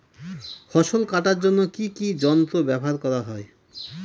ফসল কাটার জন্য কি কি যন্ত্র ব্যাবহার করা হয়?